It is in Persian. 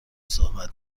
صحبت